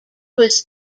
was